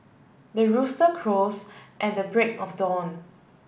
the rooster crows at the break of dawn